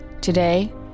Today